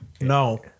No